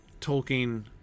Tolkien